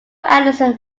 anderson